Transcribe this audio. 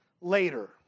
later